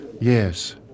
Yes